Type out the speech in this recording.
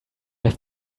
have